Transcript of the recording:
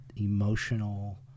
emotional